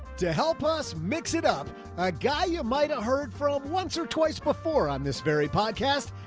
to help us mix it up. a guy you might've heard from once or twice before on this very podcast,